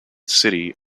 city